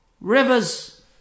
rivers